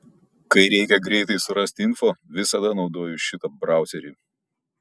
kai reikia greitai surast info visada naudoju šitą brauserį